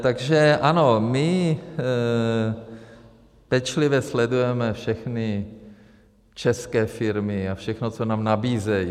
Takže ano, my pečlivě sledujeme všechny české firmy a všechno, co nám nabízejí.